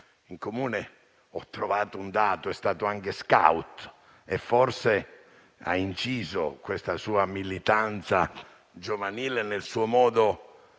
con lui ho trovato un dato: è stato anche *scout*. E forse ha inciso, questa sua militanza giovanile, nel suo modo